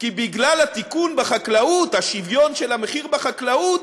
כי בגלל התיקון בחקלאות, שוויון של המחיר בחקלאות,